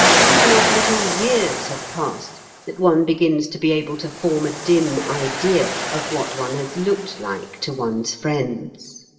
it is not until years have passed that one begins to be able to form a dim idea of what one has looked like to one's friends.